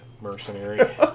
mercenary